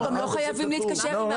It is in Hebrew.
גם לא חייבים להתקשר עם הערוצים.